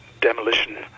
demolition